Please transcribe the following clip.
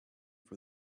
for